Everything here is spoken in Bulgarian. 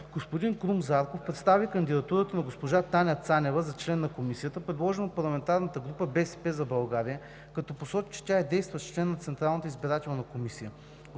Господин Крум Зарков представи кандидатурата на госпожа Таня Цанева за член на Комисията, предложена от парламентарната група на „БСП за България“, като посочи, че тя е действащ член на Централната избирателна комисия.